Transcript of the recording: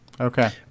Okay